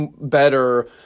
better